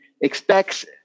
expects